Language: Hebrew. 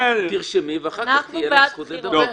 תרשמי ואחר כך תהיה לך זכות לדבר,